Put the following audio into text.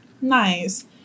nice